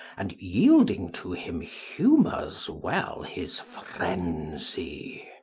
and, yielding to him, humours well his frenzy.